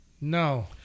No